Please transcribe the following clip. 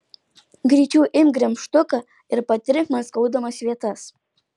greičiau imk gremžtuką ir patrink man skaudamas vietas